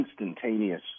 instantaneous